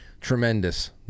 Tremendous